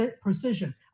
precision